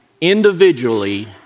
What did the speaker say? individually